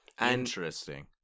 Interesting